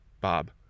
Bob